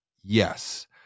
yes